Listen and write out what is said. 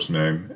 name